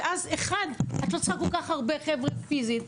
ואז לא צריך כל כך הרבה חבר'ה פיזית,